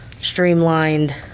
streamlined